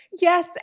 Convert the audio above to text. Yes